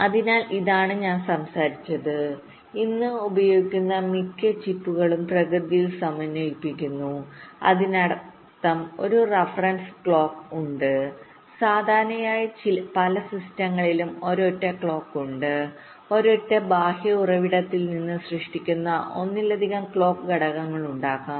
അതിനാൽ ഇതാണ് ഞാൻ സംസാരിച്ചത് ഇന്ന് ഉപയോഗിക്കുന്ന മിക്ക ചിപ്പുകളും പ്രകൃതിയിൽ സമന്വയിപ്പിക്കുന്നു അതിനർത്ഥം ഒരു റഫറൻസ് ക്ലോക്ക്ഉണ്ട് സാധാരണയായി പല സിസ്റ്റങ്ങളിലും ഒരൊറ്റ ക്ലോക്ക് ഉണ്ട് ഒരൊറ്റ ബാഹ്യ ഉറവിടത്തിൽ നിന്ന് സൃഷ്ടിക്കുന്ന ഒന്നിലധികം ക്ലോക്ക് ഘട്ടങ്ങളുണ്ടാകാം